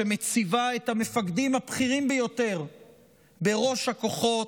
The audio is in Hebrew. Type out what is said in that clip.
שמציבה את המפקדים הבכירים ביותר בראש הכוחות,